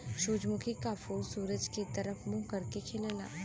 सूरजमुखी क फूल सूरज के तरफ मुंह करके खिलला